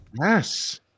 Yes